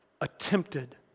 attempted